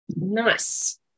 Nice